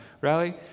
Rally